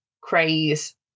craze